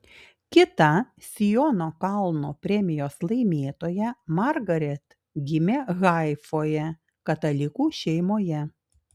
kita siono kalno premijos laimėtoja margaret gimė haifoje katalikų šeimoje